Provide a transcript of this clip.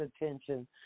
attention